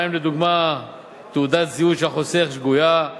בהם לדוגמה תעודת זהות שגויה של החוסך,